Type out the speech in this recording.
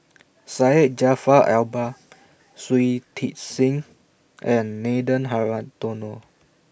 Syed Jaafar Albar Shui Tit Sing and Nathan Hartono